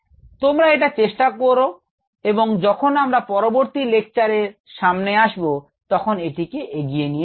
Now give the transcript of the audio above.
তোমরা এটা চেষ্টা করো এবং যখন আমরা পরবর্তী লেকচারে সামনে আসব তখন এটিকে এগিয়ে নিয়ে যাব